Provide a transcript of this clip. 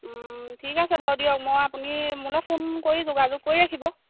ঠিক আছে বাৰু দিয়ক মই আপুনি মোলৈ ফোন কৰি যোগাযোগ কৰি ৰাখিব